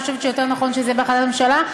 אני חושבת שיותר נכון שזה יהיה בהחלטת ממשלה.